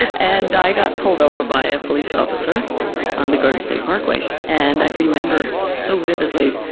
and i got pulled over by a police officer on the on the garden state parkway. and i remember so vividly,